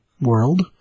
world